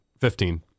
Fifteen